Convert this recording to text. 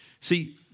See